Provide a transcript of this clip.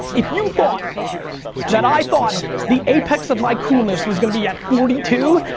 if you thought that i thought the apex of my coolness was gonna be at forty two,